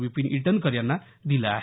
विपिन ईटनकर यांना दिले आहे